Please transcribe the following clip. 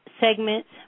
segments